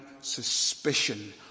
suspicion